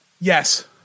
Yes